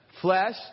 flesh